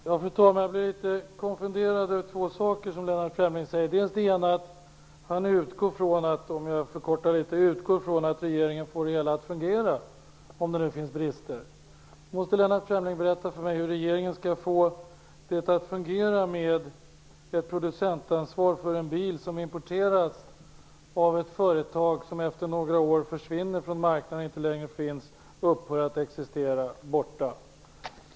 Fru talman! Jag blev litet konfunderad över två saker som Lennart Fremling säger. Det ena är, något förkortat, att han utgår från att regeringen får det hela att fungera även om det finns brister. Lennart Fremling måste berätta för mig hur regeringen skall få det att fungera med ett producentansvar för en bil som importerats av ett företag som efter några år försvinner från marknaden, inte längre finns, upphör att existera och är borta.